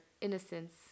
innocence